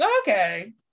Okay